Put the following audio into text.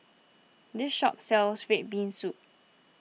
this shop sells Red Bean Soup